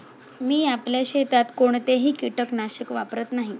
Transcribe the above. मी आपल्या शेतात कोणतेही कीटकनाशक वापरत नाही